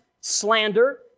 slander